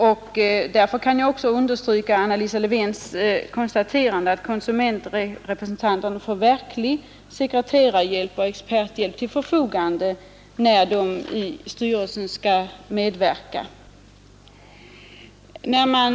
Jag understryker också Anna Lisa Lewén-Eliassons konstaterande att konsumenternas representanter får verklig sekreterarhjälp och experthjälp till förfogande när de skall medverka i styrelsen.